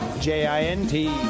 J-I-N-T